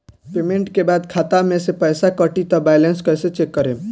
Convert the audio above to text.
Payment के बाद खाता मे से पैसा कटी त बैलेंस कैसे चेक करेम?